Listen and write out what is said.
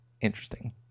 interesting